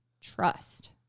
trust